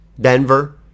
Denver